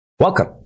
Welcome